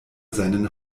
seinen